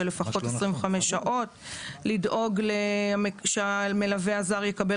של לפחות 25 שעות; לדאוג שהמלווה הזר יקבל